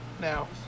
Now